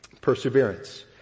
perseverance